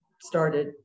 started